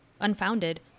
unfounded